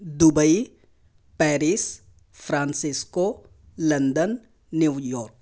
Dubai Paris francisco London New York